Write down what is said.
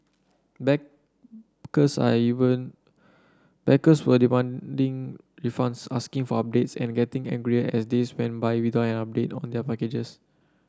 backers are even backers were demanding refunds asking for updates and getting angrier as days went by without an update on their packages